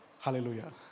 hallelujah